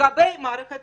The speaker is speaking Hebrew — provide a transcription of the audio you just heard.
לגבי מערכת